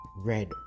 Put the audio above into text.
Red